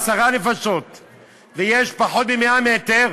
יש עשר נפשות ויש פחות מ-100 מטר,